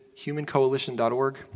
Humancoalition.org